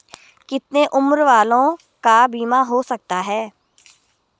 कितने उम्र वालों का बीमा हो सकता है?